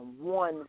one